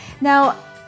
Now